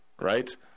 Right